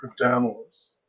cryptanalysts